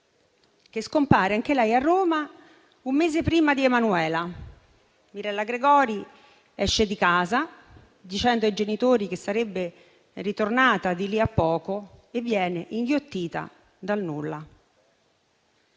che scompare anche lei a Roma un mese prima di Emanuela. Mirella Gregori esce di casa dicendo ai genitori che sarebbe ritornata di lì a poco e viene inghiottita dal nulla.